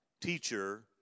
teacher